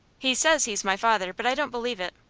he says he's my father but i don't believe it.